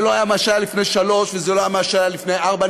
זה לא מה שהיה לפני שלוש וזה לא מה שהיה לפני ארבע.